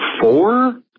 four